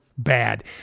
bad